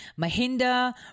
Mahinda